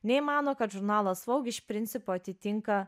nei mano kad žurnalas vogue iš principo atitinka